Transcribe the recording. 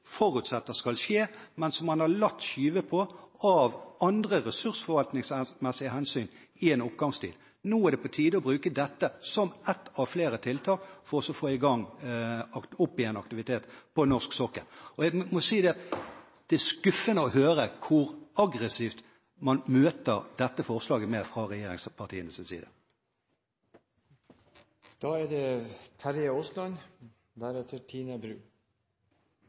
skal skje, men som man av andre ressursforvaltningsmessige hensyn har skjøvet på i en oppgangstid. Nå er det på tide å bruke dette som ett av flere tiltak for å få opp aktiviteten på norsk sokkel igjen. Jeg må si at det er skuffende å høre hvor aggressivt man møter dette forslaget fra regjeringspartienes side. Beklager at jeg var litt lite forberedt, jeg så det